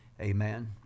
amen